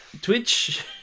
Twitch